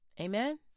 Amen